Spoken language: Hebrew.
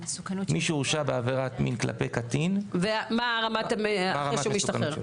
מי שהורשע בעבירת מין כלפי קטין מה רמת המסוכנות שלו.